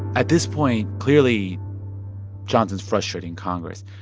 at this point, clearly johnson's frustrating congress.